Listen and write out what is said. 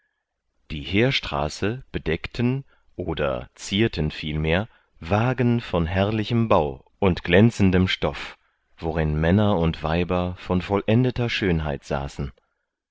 die heerstraße bedeckten oder zierten vielmehr wagen von herrlichem bau und glänzenden stoff worin männer und weiber von vollendeter schönheit saßen